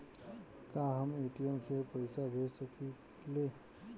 का हम ए.टी.एम से पइसा भेज सकी ले?